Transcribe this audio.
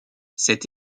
cet